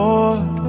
Lord